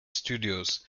studios